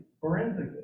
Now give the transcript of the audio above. forensically